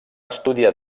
estudiar